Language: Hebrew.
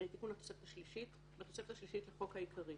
בתוספת השלישית לחוק העיקרי,